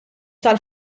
tal